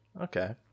Okay